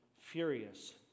furious